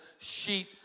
sheet